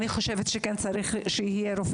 אני חושבת שכן צריך שיהיה רופא